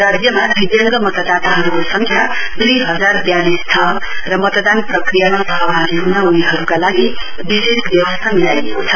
राज्यमा विकलांग मतदाताहरुको संख्या दुई हजार व्यालिस छ र मतदान प्रक्रियामा सहभागी हुन उनीहरुका लागि विशेष व्यवस्था मिलाइएको छ